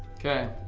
okay.